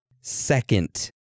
second